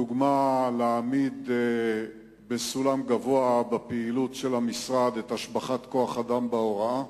לדוגמה: להעמיד במקום גבוה בפעילות של המשרד את השבחת כוח-האדם בהוראה,